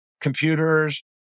computers